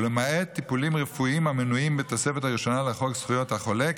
ולמעט טיפולים רפואיים המנויים בתוספת הראשונה לחוק זכויות החולה,